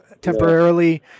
temporarily